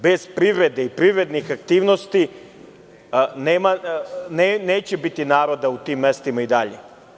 Bez privrede i privrednih aktivnosti neće biti naroda u tim mestima i dalje.